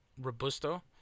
Robusto